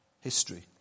history